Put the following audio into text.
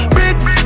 Bricks